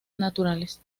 naturales